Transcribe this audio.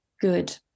good